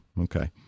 Okay